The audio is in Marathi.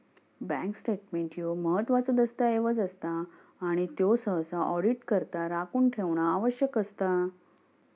बँक स्टेटमेंट ह्यो महत्त्वाचो दस्तऐवज असता आणि त्यो सहसा ऑडिटकरता राखून ठेवणा आवश्यक असता